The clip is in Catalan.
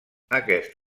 aquest